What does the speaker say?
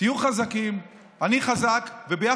תהיו חזקים, אני חזק.